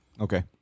Okay